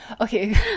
okay